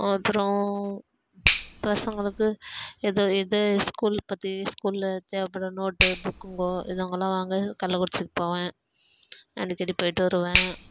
அப்புறம் பசங்களுக்கு எது எது ஸ்கூல் பற்றி ஸ்கூலில் தேவைப்படும் நோட்டு புக்குங்கோ இதுங்கெலாம் வாங்க கள்ளக்குறிச்சிக்கு போவேன் அடிக்கடி போய்விட்டு வருவேன்